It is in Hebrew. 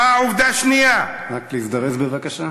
באה עובדה שנייה, רק להזדרז בבקשה.